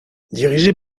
dirigé